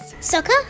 Soccer